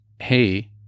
hey